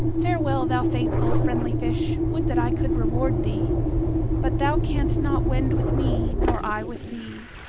farewell, thou faithful, friendly fish! would that i could reward thee but thou canst not wend with me, nor i with thee.